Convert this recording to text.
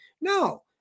No